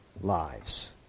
lives